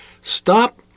Stop